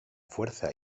fuerza